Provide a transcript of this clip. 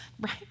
right